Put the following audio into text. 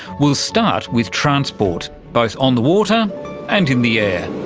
we'll start with transport, both on the water and in the air.